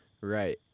Right